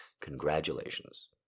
congratulations